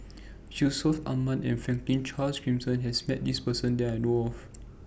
Yusman Aman and Franklin Charles Gimson has Met This Person that I know of